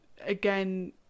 again